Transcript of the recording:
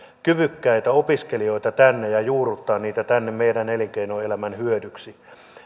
kyvykkäitä opiskelijoita tänne ja juurruttaa heitä tänne meidän elinkeinoelämämme hyödyksi